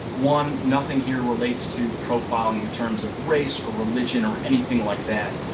one, nothing here relates to profiling in terms of race or religion or anything like that.